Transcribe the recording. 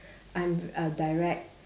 I'm uh direct